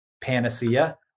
panacea